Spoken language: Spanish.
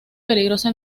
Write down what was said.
peligrosa